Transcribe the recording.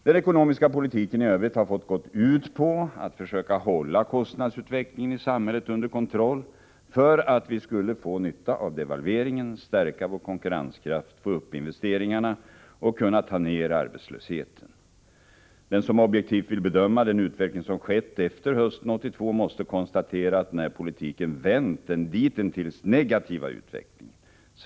Den ekonomiska politiken i övrigt har fått gå ut på att försöka hålla kostnadsutvecklingen i samhället under kontroll för att vi skulle få nytta av devalveringen, stärka vår konkurrenskraft, få upp investeringarna och kunna ta ner arbetslösheten. Den som objektivt vill bedöma den utveckling som skett efter hösten 1982 måste konstatera att den här politiken vänt den ditintills negativa utvecklingen.